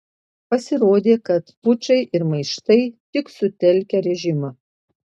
pasirodė kad pučai ir maištai tik sutelkia režimą